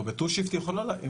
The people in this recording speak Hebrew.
ב-to shift operation.